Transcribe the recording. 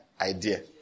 idea